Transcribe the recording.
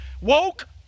woke